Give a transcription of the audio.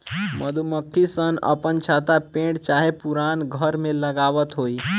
मधुमक्खी सन अपन छत्ता पेड़ चाहे पुरान घर में लगावत होई